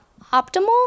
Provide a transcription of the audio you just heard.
optimal